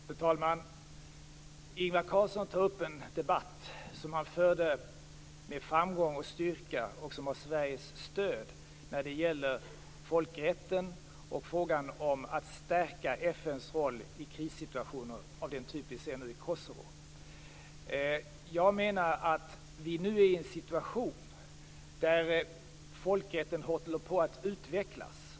Fru talman! Ingvar Carlsson tar upp en debatt som han förde med framgång och styrka och som var Sveriges stöd när det gäller folkrätten och frågan om att stärka FN:s roll i krissituationer av den typ som vi nu ser i Kosovo. Jag menar att vi nu är i en situation där folkrätten håller på att utvecklas.